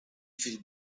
feel